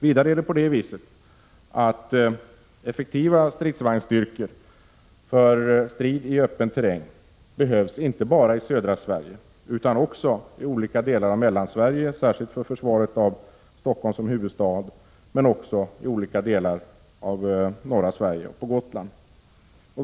Vidare behövs effektiva stridsvagnsstyrkor för strid i öppen terräng inte bara i södra Sverige utan också i olika delar av Mellansverige, särskilt för försvaret av Stockholm som huvudstad, men också i olika delar av norra Sverige och på Gotland.